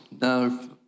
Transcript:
now